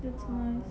that's nice